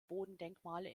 bodendenkmale